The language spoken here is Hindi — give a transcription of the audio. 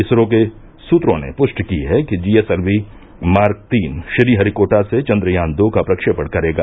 इसरो के सूत्रो ने पुष्टि की है कि जीएसएलवी मार्क तीन श्रीहरिकोटा से चन्द्रयान दो का प्रक्षेपण करेगा